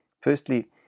Firstly